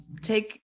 take